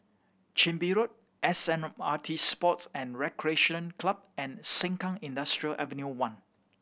Chin Bee Road S M R T Sports and Recreation Club and Sengkang Industrial Ave One